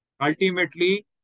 Ultimately